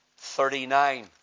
39